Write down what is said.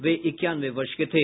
वे इक्यानवे वर्ष के थे